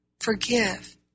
forgive